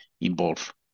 involved